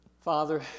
Father